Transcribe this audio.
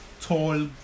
tall